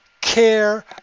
care